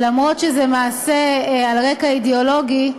אף שזה מעשה על רקע אידיאולוגי,